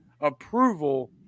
approval